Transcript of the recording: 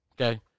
Okay